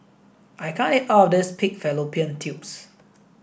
I can't eat all of this pig Fallopian tubes